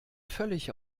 völlig